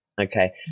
Okay